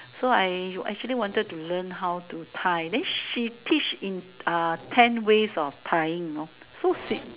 so I actually wanted to learn how to tie then she teach in uh ten ways of tying you know so sweet